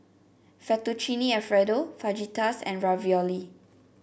Fettuccine Alfredo Fajitas and Ravioli